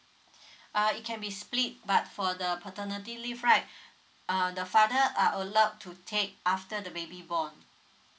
uh it can be split but for the paternity leave right uh the father are allowed to take after the baby born